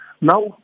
now